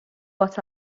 what